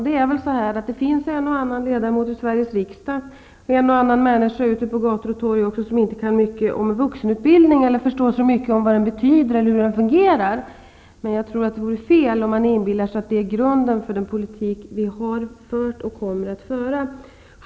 Det finns väl en och annan ledamot i Sveriges riksdag och även en och annan bland allmänheten som inte kan så mycket om vuxenutbildning eller som inte förstår särskilt bra vad den betyder och hur den fungerar. Men jag tror att det skulle vara fel att inbilla sig att det här är grunden för den politik som vi har fört och som vi kommer att föra.